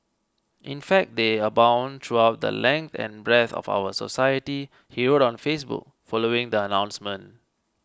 in fact they abound throughout the length and breadth of our society he wrote on Facebook following the announcement